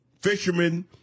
fishermen